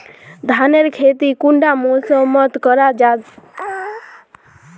धानेर खेती कुंडा मौसम मोत करा जा?